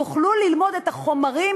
יוכלו ללמוד את החומרים,